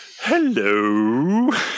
hello